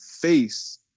face